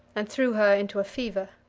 and threw her into a fever.